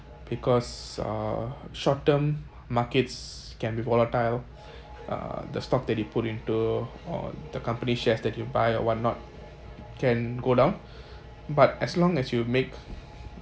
because uh short term markets can be volatile uh the stock that you put into or the company's shares that you buy or what not can go down but as long as you would make